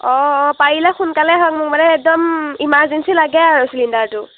অঁ অঁ পাৰিলে সোনকালে আহক মোৰ মানে একদম ইমাৰজেঞ্চি লাগে আৰু চিলিণ্ডাৰটো